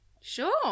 Sure